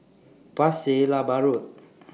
Pasir Laba Road